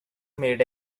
made